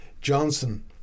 Johnson